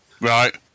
Right